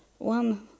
One